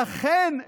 לכן,